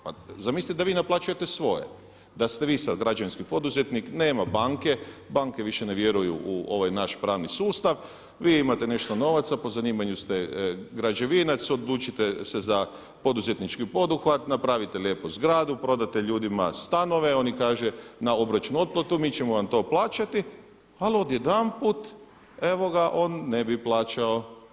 Pa zamislite da vi naplaćujete svoje, da ste vi sad građevinski poduzetnik, nema banke, banke više ne vjeruju u ovaj naš pravni sustav, vi imate nešto novaca, po zanimanju ste građevinac, odlučite se za poduzetnički poduhvat, napravite lijepo zgradu, prodate ljudima stanove, oni kažu na obročnu otplatu mi ćemo vam to plaćati, ali odjedanput evo ga on ne bi plaćao.